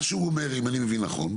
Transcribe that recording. מה שהוא אומר אם אני מבין נכון,